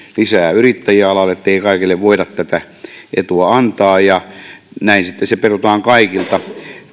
lisää yrittäjiä alalle ettei kaikille voida tätä etua antaa ja näin sitten se perutaan kaikilta